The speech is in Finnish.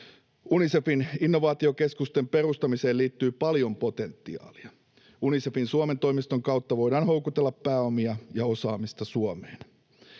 Unicefin innovaatiokeskusten perustamiseen liittyy paljon potentiaalia. Unicefin Suomen toimiston kautta voidaan houkutella pääomia ja osaamista Suomeen.